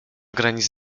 granic